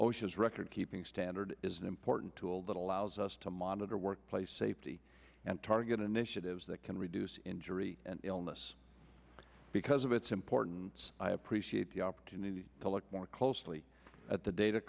osha's recordkeeping standard is an important tool that allows us to monitor workplace safety and target initiatives that can reduce injury and illness because of its importance i appreciate the opportunity to look more closely at the data